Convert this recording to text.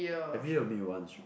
every year will meet once